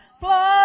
Blood